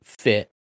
fit